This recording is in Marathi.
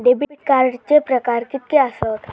डेबिट कार्डचे प्रकार कीतके आसत?